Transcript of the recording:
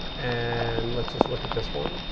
and let's just look at this one.